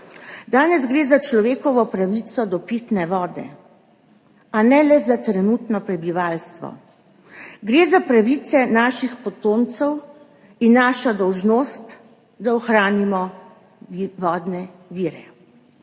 danes gre za človekovo pravico do pitne vode, a ne le za trenutno prebivalstvo, gre za pravice naših potomcev in našo dolžnost, da ohranimo vodne vire.